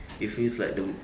it feels like the